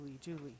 julie